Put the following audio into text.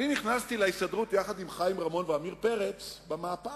אני נכנסתי להסתדרות יחד עם חיים רמון ועמיר פרץ במהפך.